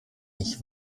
ich